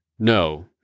No